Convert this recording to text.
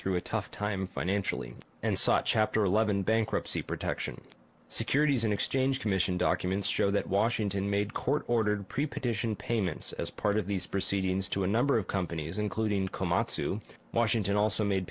through a tough time financially and such chapter eleven bankruptcy protection securities and exchange commission documents show that washington made court ordered pre partition payments as part of these proceedings to of companies including komatsu washington also made